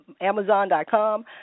amazon.com